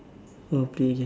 okay